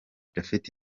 japhet